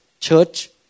church